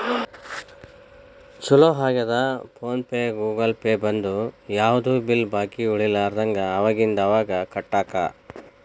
ಚೊಲೋ ಆಗ್ಯದ PhonePe Google Pay ಬಂದು ಯಾವ್ದು ಬಿಲ್ ಬಾಕಿ ಉಳಿಲಾರದಂಗ ಅವಾಗಿಂದ ಅವಾಗ ಕಟ್ಟಾಕ